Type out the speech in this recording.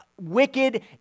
wicked